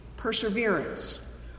perseverance